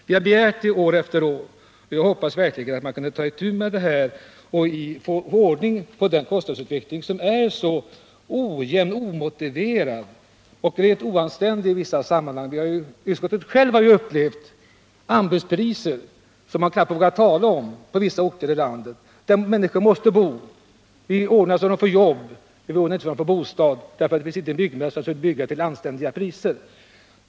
Vi har begärt detta år efter år, och jag hoppas verkligen att man kunde ta itu med detta och få ordning på den kostnadsutveckling som är så ojämn, så omotiverad och rent oanständig i vissa sammanhang. Utskottet har upplevt anbudspriser på vissa orter i landet som man knappt vågar tala om. Människor måste bo där. Vi ordnar så att de får jobb, men de får inte bostäder, för det finns inte en byggmästare som vill bygga till anständiga priser.